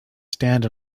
stand